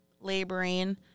laboring